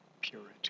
purity